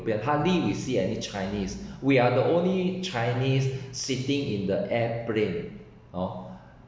eans hardly we see any chinese we are the only chinese sitting in the airplane hor